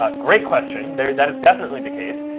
ah great question. that is definitely the case,